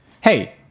hey